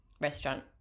Restaurant